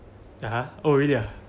(uh huh) oh really ah